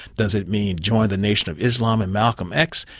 does it mean join the nation of islam and malcom x?